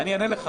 אני אענה לך.